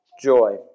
joy